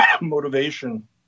motivation